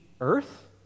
Earth